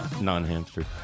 non-hamster